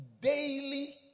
daily